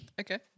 Okay